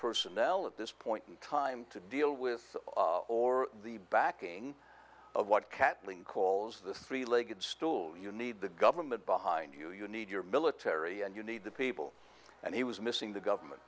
personnel at this point in time to deal with or the backing of what catlin calls the three legged stool you need the government behind you you need your military and you need the people and he was missing the government